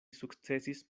sukcesis